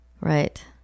right